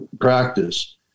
practice